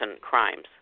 crimes